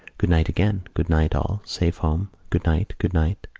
good-night, again. good-night, all. safe home. good-night. good night.